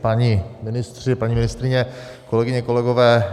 Páni ministři, paní ministryně, kolegyně, kolegové.